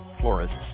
florists